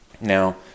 Now